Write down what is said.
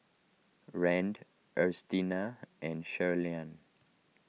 Rand Ernestina and Shirleyann